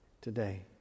today